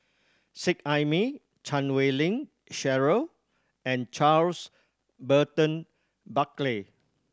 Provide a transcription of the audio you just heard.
Seet Ai Mee Chan Wei Ling Cheryl and Charles Burton Buckley